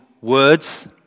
words